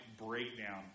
breakdown